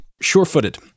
sure-footed